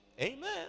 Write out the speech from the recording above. Amen